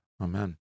Amen